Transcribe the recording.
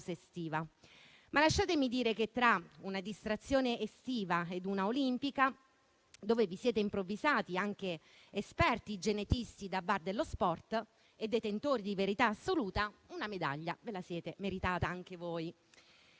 Lasciatemi dire che tra una distrazione estiva e una olimpica, dove vi siete improvvisati anche esperti genetisti da bar dello sport e detentori di verità assoluta, una medaglia ve la siete meritata anche voi.